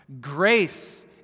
Grace